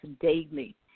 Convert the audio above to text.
daily